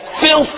filth